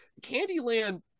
Candyland